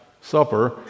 Supper